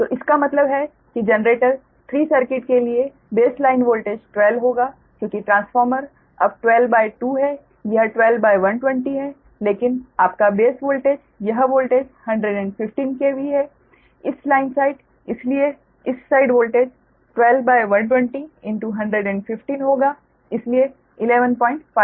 तो इसका मतलब है कि जनरेटर 3 सर्किट के लिए बेस लाइन वोल्टेज 12 होगा क्योंकि ट्रांसफार्मर अब 12 2 है यह 12 120 है लेकिन आपका बेस वोल्टेज यह वोल्टेज 115 KV है इस लाइन साइड इसलिए इस साइड वोल्टेज 12 120 115 होगा इसलिए 115 KV